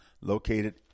located